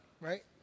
right